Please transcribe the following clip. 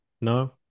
No